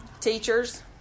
teachers